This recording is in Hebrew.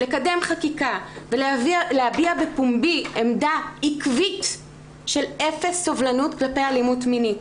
לקדם חקיקה ולהביע בפומבי עמדה עקבית של אפס סובלנות כלפי אלימות מינית.